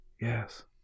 Yes